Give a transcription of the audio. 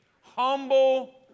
Humble